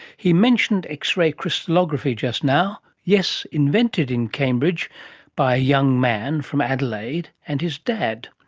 he mentioned x-ray crystallography just now, yes, invented in cambridge by a young man from adelaide and his dad.